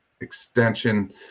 extension